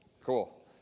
Cool